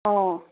ꯑꯣ